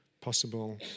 possible